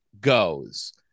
goes